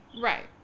Right